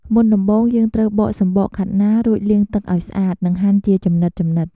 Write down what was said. មុនដំបូង យើងត្រូវបកសំបកខាត់ណា រួចលាងទឹកឱ្យស្អាត និងហាន់ជាចំណិតៗ។